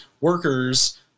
workers